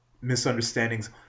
misunderstandings